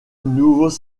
nouveaux